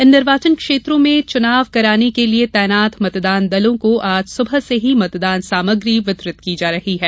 इन निर्वाचन क्षेत्रों में चुनाव कराने के लिए तैनात मतदान दलों को आज सुबह से ही मतदान सामग्री वितरित की जा रही है